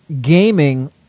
gaming